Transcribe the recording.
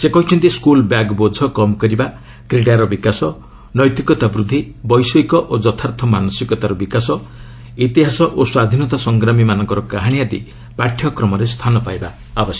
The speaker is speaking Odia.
ସେ କହିଛନ୍ତି ସ୍କୁଲ୍ ବ୍ୟାଗ୍ ବୋଝ କମ୍ କରିବା କ୍ରୀଡ଼ାର ବିକାଶ ନୈତିକତା ବୃଦ୍ଧି ବୈଷୟିକ ଓ ଯଥାର୍ଥ ମାନସିକତାର ବିକାଶ ଇତିହାସ ଓ ସ୍ୱାଧୀନତା ସଂଗ୍ରାମୀମାନଙ୍କ କାହାଣୀ ଆଦି ପାଠ୍ୟକ୍ରମରେ ସ୍ଥାନ ପାଇବା ଉଚିତ